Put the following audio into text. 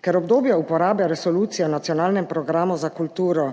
Ker obdobje uporabe resolucije o nacionalnem programu za kulturo